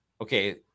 okay